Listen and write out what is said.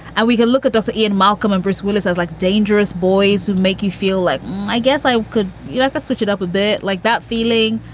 and we can look at dr. ian malcolm and bruce willis as like dangerous boys who make you feel like i guess i could like ah switch it up a bit. like that feeling.